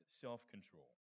self-control